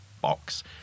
box